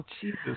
Jesus